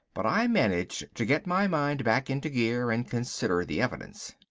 but i managed to get my mind back into gear and consider the evidence.